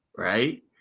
Right